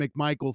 McMichael